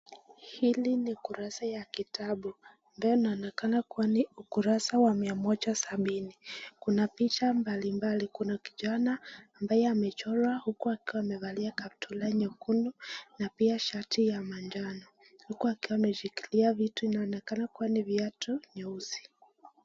Hili ni kurasa ya kitabu, ambayo inaonekana kuwa ni ukurasa wa mia moja sabini, kuna picha mbalimbali, kuna kijana ambaye amechora huku akiwa amevalia kaptura nyekundu na pia shati ya manjano, huku akiwa ameshikilia vitu, inaonekana kuwa ni viatu nyeusi.